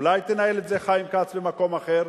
אולי תנהל את זה, חיים כץ, במקום אחר?